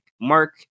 Mark